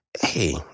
Hey